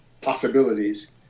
possibilities